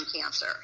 cancer